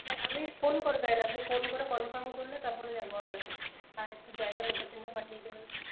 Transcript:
হ্যাঁ আপনি ফোন করবেন আপনি ফোন করে কনফার্ম করলে তারপরে যাব আমরা আর একটু জায়গার লোকেশেনটা পাঠিয়ে দেবেন